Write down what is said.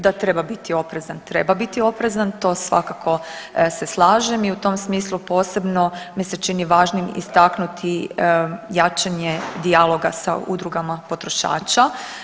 Da treba biti oprezan, treba biti oprezan to svakako se slažem i u tom smislu posebno mi se čini važnim istaknuti jačanje dijaloga sa udrugama potrošača.